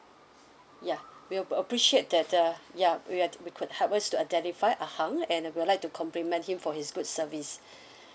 ya we'll appreciate that uh yup we ya you could help us to identify ah hang and uh we'll like to compliment him for his good service